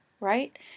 right